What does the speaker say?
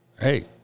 hey